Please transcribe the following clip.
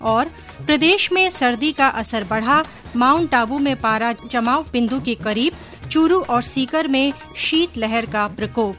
्र प्रदेश में सर्दी का असर बढा माउन्ट आवू में पारा जमाव बिन्दु के करीब चूरू और सीकर में शीत लहर का प्रकोप